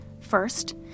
First